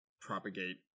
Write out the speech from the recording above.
propagate